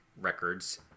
Records